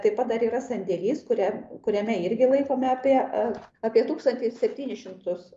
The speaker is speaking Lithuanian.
taip pat dar yra sandėlys kuriam kuriame irgi laikoma apie apie tūkstantį septynis šimtus